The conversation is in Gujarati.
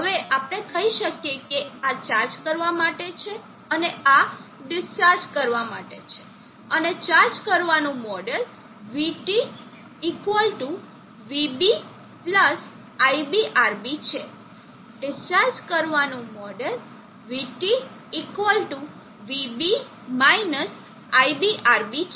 હવે આપણે કહી શકીએ કે આ ચાર્જ કરવા માટે છે અને આ ડિસ્ચાર્જ માટે છે અને ચાર્જ કરવાનું મોડેલ vT vB iBRB છે ડિસ્ચાર્જ કરવાનું મોડેલ vT vB iBRB છે